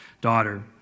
daughter